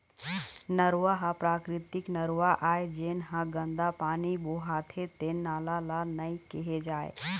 नरूवा ह प्राकृतिक नरूवा आय, जेन ह गंदा पानी बोहाथे तेन नाला ल नइ केहे जाए